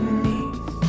knees